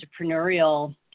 entrepreneurial